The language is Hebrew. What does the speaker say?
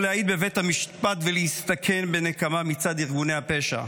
או להעיד בבית המשפט ולהסתכן בנקמה מצד ארגוני הפשע.